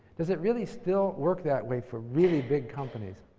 does it really still work that way for really big companies?